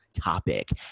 topic